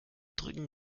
drücken